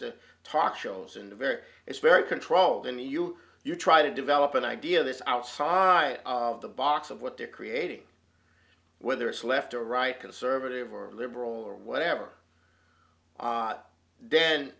the talk shows and a very it's very controlled and you you try to develop an idea of this outside of the box of what they're creating whether it's left or right conservative or liberal or whatever but then